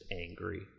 angry